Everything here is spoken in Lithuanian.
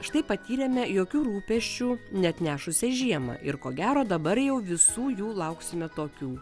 štai patyrėme jokių rūpesčių neatnešusią žiemą ir ko gero dabar jau visų jų lauksime tokių